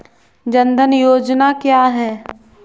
जनधन योजना क्या है?